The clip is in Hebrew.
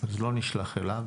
אז לא נשלח אליו.